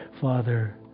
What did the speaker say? Father